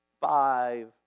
Five